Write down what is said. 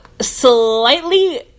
slightly